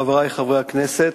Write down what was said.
חברי חברי הכנסת,